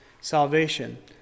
salvation